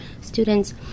students